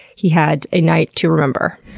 he had a night to remember,